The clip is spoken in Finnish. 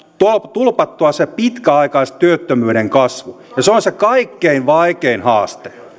tulpattua se pitkäaikaistyöttömyyden kasvu ja se on se kaikkein vaikein haaste